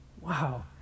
wow